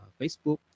Facebook